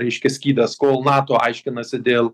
reiškia skydas kol nato aiškinasi dėl